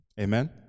Amen